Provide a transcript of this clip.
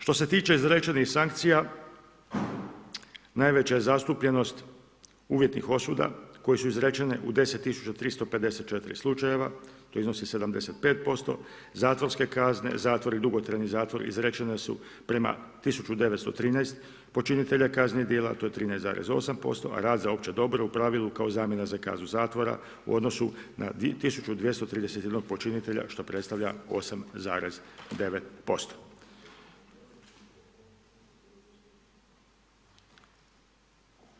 Što se tiče izrečenih sankcija, najveća je zastupljenost uvjetnih osuda, koje su izrečene u 10354 slučajeva, to iznosi 75%, zatvorske kazne, zatvori, dugotrajni zatvori, izrečeni su prema 1913 počinitelja kaznenih dijela, to je 13,8%, a rad za opće dobro, u pravilu kao zamjenu za kaznu zatvora, u odnosu na 1231 počinitelja što predstavlja 8,9%